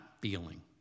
feeling